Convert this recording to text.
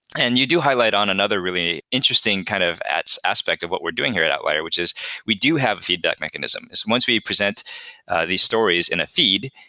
and you do highlight on another really interesting kind of aspect of what we're doing here at outlier, which is we do have a feedback mechanism. once we present these stories in a feed,